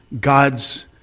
God's